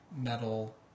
metal